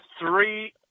three